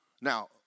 Now